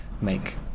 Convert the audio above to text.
make